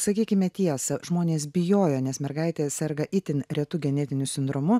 sakykime tiesą žmonės bijojo nes mergaitė serga itin retu genetiniu sindromu